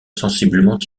sensiblement